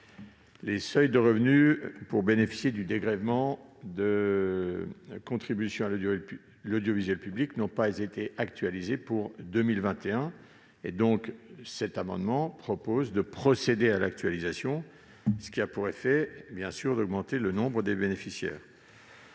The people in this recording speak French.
les seuils de revenus pour bénéficier du dégrèvement de contribution à l'audiovisuel public n'ont pas été actualisés pour 2021. Cet amendement prévoit donc de procéder à une actualisation, ce qui a pour effet d'augmenter le nombre des bénéficiaires.